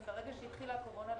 ברגע שהתחילה הקורונה,